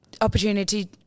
opportunity